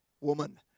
woman